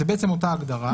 זה אותה הגדרה.